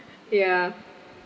ya